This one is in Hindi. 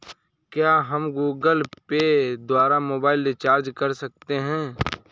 क्या हम गूगल पे द्वारा मोबाइल रिचार्ज कर सकते हैं?